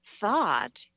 thought